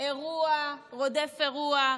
אירוע רודף אירוע,